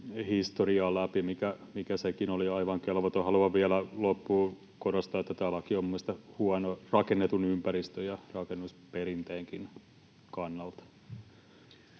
historiaa läpi, mikä sekin oli aivan kelvoton. Haluan vielä loppuun korostaa, että tämä laki on minun mielestäni huono rakennetun ympäristön ja rakennusperinteenkin kannalta.